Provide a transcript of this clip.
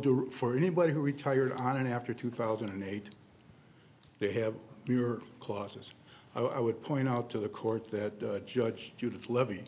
door for anybody who retired on it after two thousand and eight they have your clauses i would point out to the court that judge judith levy